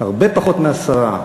הרבה פחות מ-10%.